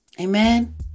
Amen